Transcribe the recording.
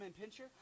pincher